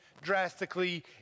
drastically